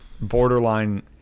borderline